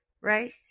Right